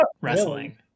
wrestling